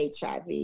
HIV